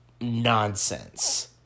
nonsense